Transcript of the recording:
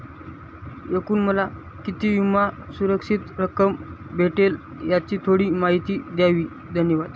एकूण मला किती विमा सुरक्षित रक्कम भेटेल याची थोडी माहिती द्यावी धन्यवाद